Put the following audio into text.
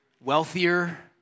wealthier